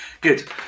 Good